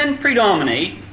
predominate